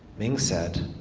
ming said,